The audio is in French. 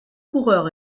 coureur